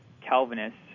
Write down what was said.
Calvinists